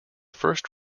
first